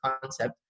concept